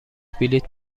بلیط